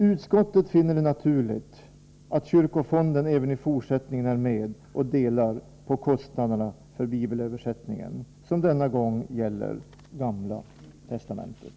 Utskottet finner det naturligt att kyrkofonden även i fortsättningen är med och delar på kostnaderna för bibelöversättningen, som denna gång gäller Gamla testamentet.